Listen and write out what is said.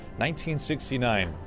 1969